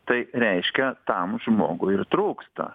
tai reiškia tam žmogui ir trūksta